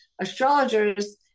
astrologers